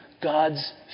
God's